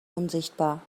unsichtbar